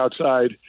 outside